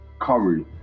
Curry